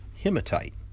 hematite